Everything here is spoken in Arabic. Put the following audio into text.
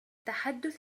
تحدث